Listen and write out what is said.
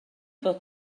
fod